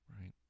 right